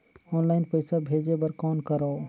Online पईसा भेजे बर कौन करव?